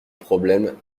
problème